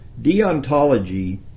Deontology